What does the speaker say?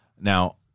Now